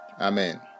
Amen